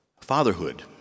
fatherhood